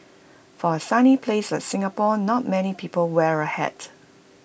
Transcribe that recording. for A sunny place like Singapore not many people wear A hat